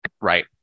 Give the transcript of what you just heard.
Right